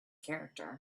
character